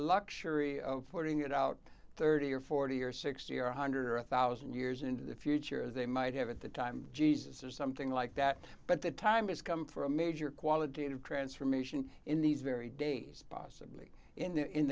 luxury of sorting it out thirty or forty or sixty or a one hundred or a one thousand years into the future as they might have at the time jesus or something like that but the time has come for a major qualitative transformation in these very days possibly in the